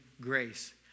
grace